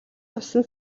туссан